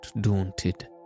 daunted